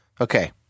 Okay